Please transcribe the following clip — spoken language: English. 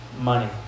Money